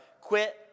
quit